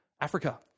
Africa